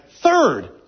Third